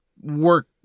work